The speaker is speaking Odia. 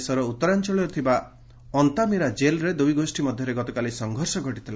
ଦେଶର ଉତ୍ତରାଞ୍ଚଳରେ ଥିବା ଅନ୍ତାମିରା ଜେଲ୍ରେ ଦୁଇଗୋଷ୍ଠୀ ମଧ୍ୟରେ ଗତକାଲି ସଂଘର୍ଷ ଘଟିଥିଲା